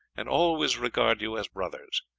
and always regard you as brothers.